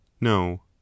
No